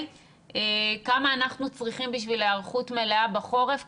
כמה אנחנו צריכים בשביל היערכות מלאה בחורף,